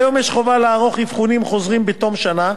כיום יש חובה לערוך אבחונים חוזרים בתום שנה,